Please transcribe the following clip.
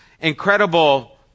incredible